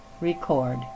record